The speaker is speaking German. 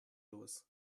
los